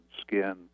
skin